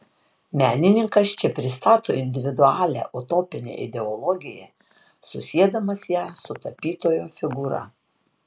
menininkas čia pristato individualią utopinę ideologiją susiedamas ją su tapytojo figūra